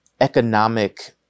economic